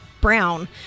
brown